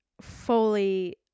fully